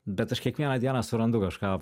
bet aš kiekvieną dieną surandu kažką